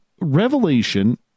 Revelation